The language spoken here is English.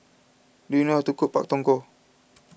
do you know how to cook Pak Thong Ko